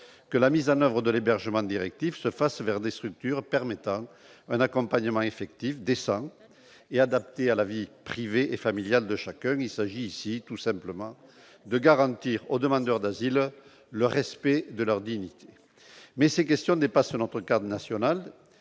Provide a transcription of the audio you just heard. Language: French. que la mise en oeuvre de l'hébergement directif se fasse vers des structures permettant un accompagnement effectif, décent et adapté à la vie privée et familiale de chacun. Il s'agit ici, tout simplement, de garantir aux demandeurs d'asile le respect de leur dignité. Toutefois, ces questions dépassent notre cadre national,